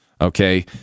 Okay